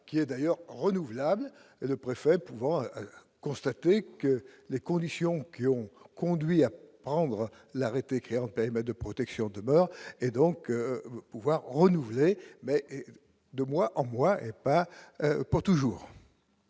qui est d'ailleurs renouvelable, le préfet de pouvoir constater que les conditions qui ont conduit à prendre l'arrêté créant périmètre de protection demeure et donc pouvoir renouveler mais de mois en mois, mais pas pour toujours.